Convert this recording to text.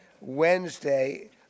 Wednesday